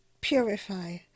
purify